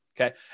Okay